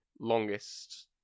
longest